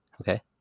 okay